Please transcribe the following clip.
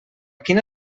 quina